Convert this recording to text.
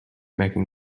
making